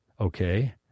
Okay